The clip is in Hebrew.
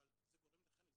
זה גורם לחנק,